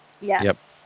yes